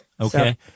Okay